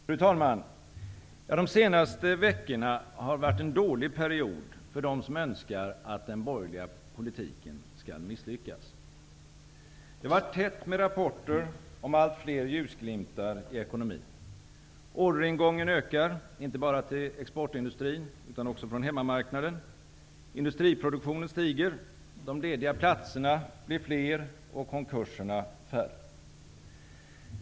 Fru talman! De senaste veckorna har varit en dålig period för dem som önskar att den borgerliga politiken skall misslyckas. Det har varit tätt med rapporter om allt fler ljusglimtar i ekonomin. Orderingången ökar, inte bara till exportindustrin utan också från hemmamarknaden. Industriproduktionen stiger. De lediga platserna blir fler och konkurserna färre.